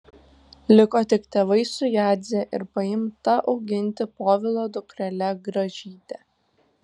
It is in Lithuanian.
liko tik tėvai su jadze ir paimta auginti povilo dukrele gražyte